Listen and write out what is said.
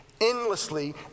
endlessly